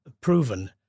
proven